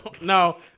no